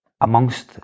amongst